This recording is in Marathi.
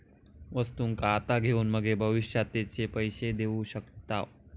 वस्तुंका आता घेऊन मगे भविष्यात तेचे पैशे देऊ शकताव